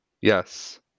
Yes